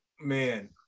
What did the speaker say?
man